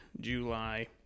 July